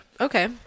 okay